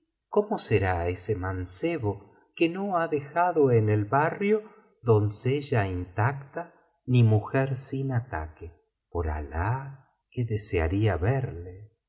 cómo será ese mancebo que no ha dejado en el barrio doncella intacta ni mujer sin ataque por alah que desearía verle